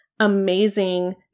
Amazing